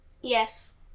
Yes